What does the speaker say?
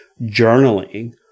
journaling